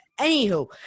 anywho